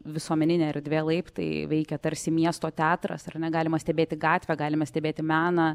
visuomeninė erdvė laiptai veikia tarsi miesto teatras ar ne galima stebėti gatvę galime stebėti meną